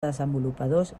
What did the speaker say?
desenvolupadors